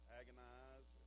agonize